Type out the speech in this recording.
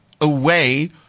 away